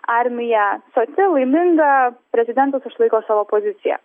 armija soti laiminga prezidentas išlaiko savo poziciją